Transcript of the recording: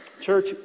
Church